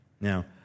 Now